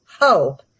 Hope